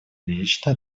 лично